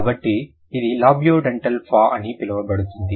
కాబట్టి ఇది లాబియోడెంటల్ ఫా అని పిలువబడుతుంది